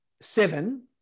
seven